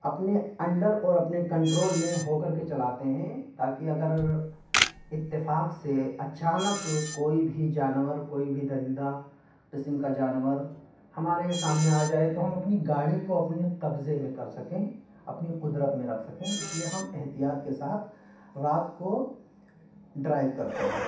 اپنے انڈر اور اپنے کنٹرول میں ہو کر کے چلاتے ہیں تاکہ اگر اتفاق سے اچانک کوئی بھی جانور کوئی بھی درندہ قسم کا جانور ہمارے سامنے آ جائے تو ہم اپنی گاڑی کو اپنے قبضے میں کر سکیں اپنی قدرت میں رکھ سکیں اس لیے ہم احتیاط کے ساتھ رات کو ڈرائیو کرتے ہیں